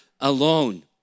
alone